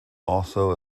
also